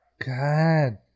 God